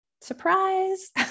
Surprise